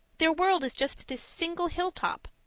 their world is just this single hilltop.